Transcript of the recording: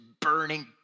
burning